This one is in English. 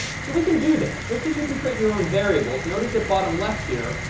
so we can do this. just as you can create your own variables, notice at bottom left here,